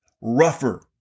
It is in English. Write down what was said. rougher